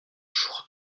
jour